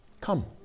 Come